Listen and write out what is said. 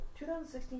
2016